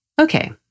Okay